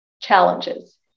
challenges